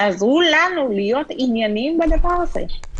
תעזרו לנו להיות ענייניים בדבר הזה.